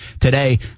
today